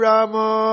Rama